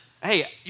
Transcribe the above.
hey